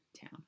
town